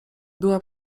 była